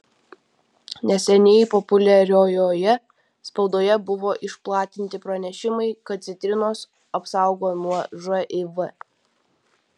neseniai populiariojoje spaudoje buvo išplatinti pranešimai kad citrinos apsaugo nuo živ